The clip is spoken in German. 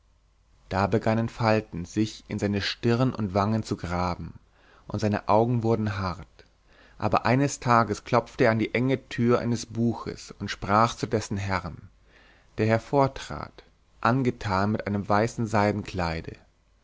da begannen falten sich in seine stirn und wangen zu graben und seine augen wurden hart aber eines tages klopfte er an die enge tür eines buches und sprach zu dessen herrn der hervortrat angetan mit einem weißen